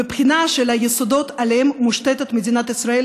מבחינת היסודות שעליהם מושתתת מדינת ישראל,